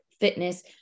fitness